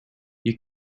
you